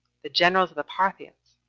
the generals of the parthians,